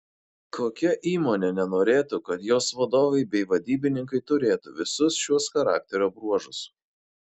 kokia įmonė nenorėtų kad jos vadovai bei vadybininkai turėtų visus šiuos charakterio bruožus